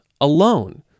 alone